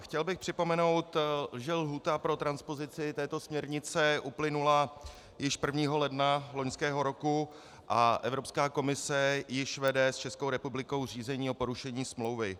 Chtěl bych připomenout, že lhůta pro transpozici této směrnice uplynula již 1. ledna loňského roku a Evropská komise již vede s Českou republikou řízení o porušení smlouvy.